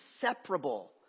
inseparable